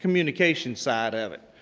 communication side of it.